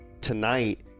Tonight